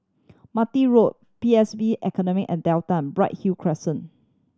Martin Road P S B Academy at Delta Bright Hill Crescent